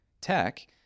tech